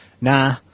Nah